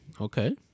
Okay